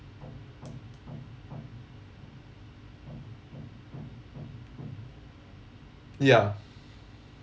ya